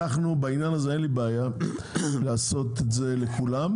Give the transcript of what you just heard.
בעניין הזה אין לי בעיה לעשות את זה לכולם,